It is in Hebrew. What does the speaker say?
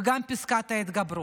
וגם פסקת ההתגברות.